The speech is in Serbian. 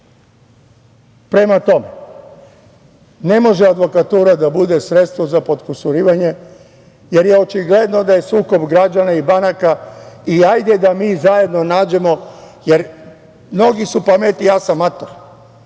tome, ne može advokatura da bude sredstvo za potkusurivanje, jer je očigledno da je sukob građana i banaka i hajde da mi zajedno nađemo, jer mnogi su pametniji, ja sam mator,